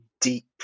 deep